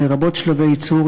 לרבות שלבי ייצור,